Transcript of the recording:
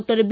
ಕ್ಟರ್ B